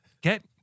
Get